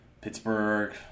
Pittsburgh